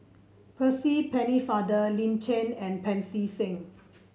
Percy Pennefather Lin Chen and Pancy Seng